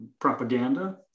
propaganda